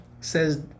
says